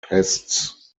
pests